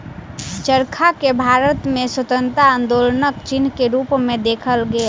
चरखा के भारत में स्वतंत्रता आन्दोलनक चिन्ह के रूप में देखल गेल